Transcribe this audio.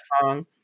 song